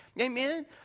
amen